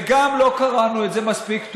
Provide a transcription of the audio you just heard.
וגם לא קראנו את זה מספיק טוב,